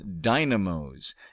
dynamos